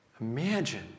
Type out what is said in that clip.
Imagine